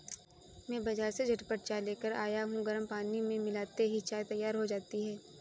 मैं बाजार से झटपट चाय लेकर आया हूं गर्म पानी में मिलाते ही चाय तैयार हो जाती है